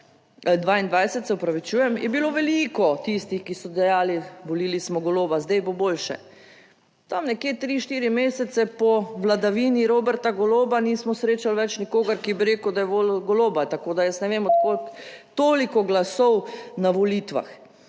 2022, se opravičujem, je bilo veliko tistih, ki so dejali: "Volili smo Goloba, zdaj bo boljše." Tam nekje 3, 4 mesece po vladavini Roberta Goloba nismo srečali več nikogar, ki bi rekel, da je volil Goloba, tako da jaz ne vem, od kod toliko glasov na volitvah.